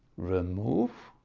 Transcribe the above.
remove,